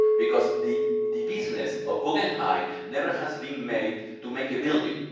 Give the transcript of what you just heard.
because the the business of guggenheim never has been made to make a building.